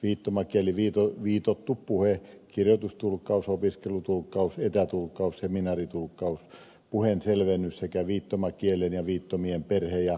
viittomakieli viitottu puhe kirjoitustulkkaus opiskelutulkkaus etätulkkaus seminaaritulkkaus puheen selvennys sekä viittomakielen ja viittomien perhe ja ryhmäopetus